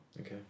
Okay